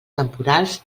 temporals